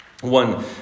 One